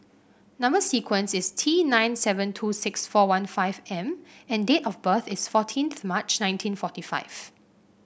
number sequence is T nine seven two six four one five M and date of birth is fourteenth March nineteen forty five